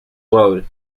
load